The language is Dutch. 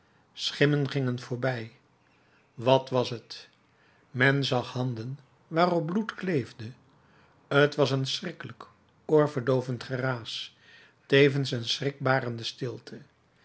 schimmen gingen voorbij wat was het men zag handen waarop bloed kleefde t was een schrikkelijk oorverdoovend geraas tevens een schrikbarende stilte